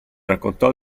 raccontò